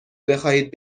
بخواهید